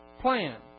plan